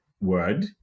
word